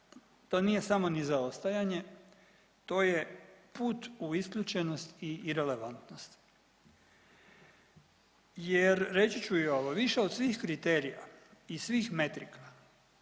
to nije samo ni zaostajanje, to je put u isključenost i irelevantnost jer, reći ću i ovo, više od svih kriterija i svih metrika